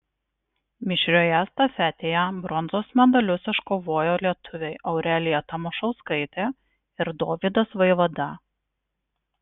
mišrioje estafetėje bronzos medalius iškovojo lietuviai aurelija tamašauskaitė ir dovydas vaivada